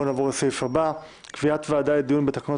בואו נעבור לסעיף הבא: קביעת ועדה לדיון בתקנות